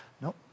No